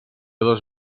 dos